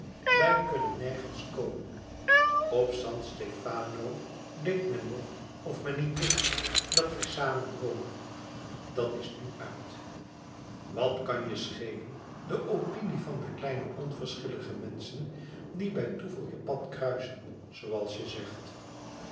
wij kunnen nergens komen op san stefano deed men nog of men niet wist dat wij samen woonden dat is nu uit wat kan je schelen de opinie van kleine onverschillige menschen die bij toeval je pad kruisen zooals je zegt